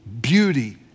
beauty